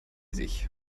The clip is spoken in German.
sich